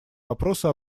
вопроса